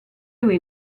lui